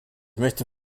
möchte